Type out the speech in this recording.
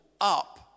up